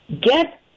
get